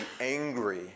angry